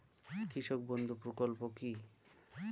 কৃষক বন্ধু প্রকল্প কি?